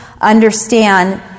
understand